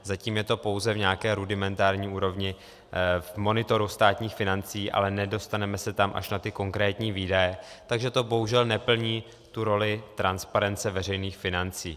Zatím je to pouze v nějaké rudimentární úrovni, v monitoru státních financí, ale nedostaneme se tam až na ty konkrétní výdaje, takže to bohužel neplní roli transparence veřejných financí.